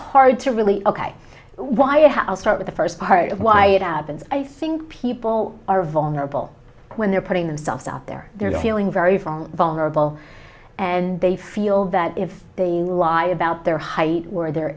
hard to really ok why how i'll start with the first part of why it up and i think people are vulnerable when they're putting themselves out there they're feeling very from vulnerable and they feel that if they lied about their height were their